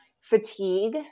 fatigue